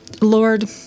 Lord